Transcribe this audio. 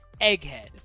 Egghead